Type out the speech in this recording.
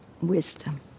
wisdom